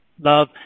love